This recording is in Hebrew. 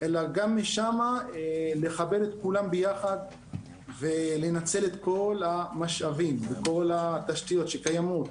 גם משם יש לחבר את כולם ביחד ולנצל את כל המשאבים והתשתיות הקיימות,